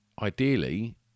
ideally